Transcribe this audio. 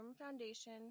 foundation